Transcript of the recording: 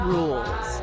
Rules